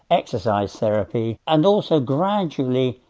exercise therapy and also gradually,